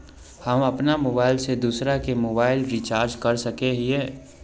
हम अपन मोबाईल से दूसरा के मोबाईल रिचार्ज कर सके हिये?